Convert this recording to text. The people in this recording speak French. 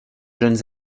jeunes